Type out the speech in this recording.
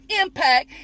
impact